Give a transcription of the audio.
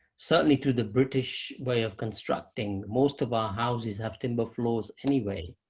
certainly to the british way of constructing, most of our houses have timber floors anyway.